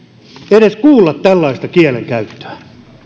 edes kuulla tällaista kielenkäyttöä